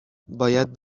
باید